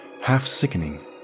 half-sickening